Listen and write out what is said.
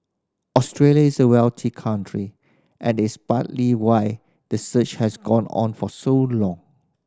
Australia is a wealthy country and it's partly why the search has gone on for so long